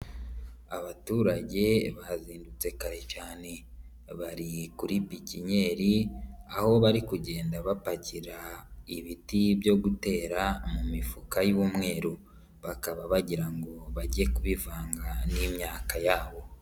Abaturage bazindutse kare cyane, bari kuri bikinnyeri aho bari kugenda bapakira ibiti byo gutera mu mifuka y'umweru, bakaba bagira ngo bajye kubivanga n'imyaka yabo.